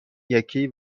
یکی